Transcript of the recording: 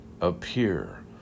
appear